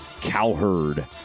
Cowherd